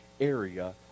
area